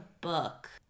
book